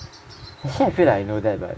actually I feel like I know that but